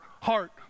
heart